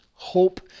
hope